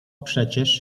przecież